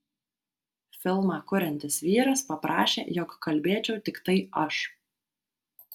filmą kuriantis vyras paprašė jog kalbėčiau tiktai aš